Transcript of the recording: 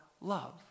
love